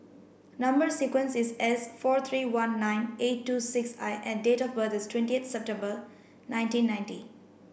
number sequence is S four three one nine eight two six I and date of birth is twenty eight September nineteen ninety